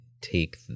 take